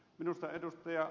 minusta ed